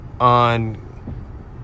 on